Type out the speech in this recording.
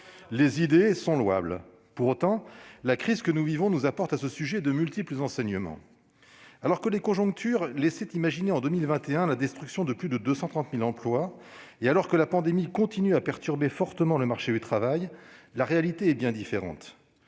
Ces idées sont louables ... Pour autant, la crise que nous vivons nous apporte à ce sujet de multiples enseignements. Alors que les conjectures laissaient imaginer en 2021 la destruction de plus de 230 000 emplois et tandis que la pandémie continue à perturber fortement le marché du travail, la réalité est bien différente.